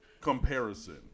comparison